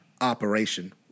operation